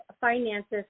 finances